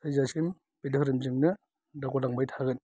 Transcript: थैजासिम बे धोरोमजोंनो दावगा लांबाय थागोन